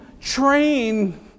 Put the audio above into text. train